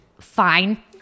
Fine